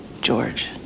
George